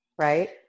right